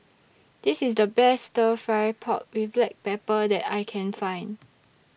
This IS The Best Stir Fry Pork with Black Pepper that I Can Find